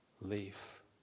leaf